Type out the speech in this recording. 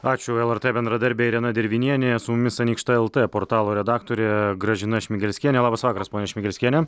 ačiū lrt bendradarbė irena dirvinienė su mumis anykšta lt portalo redaktorė gražina šmigelskienė labas vakaras ponia šmigelskiene